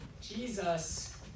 Jesus